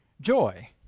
joy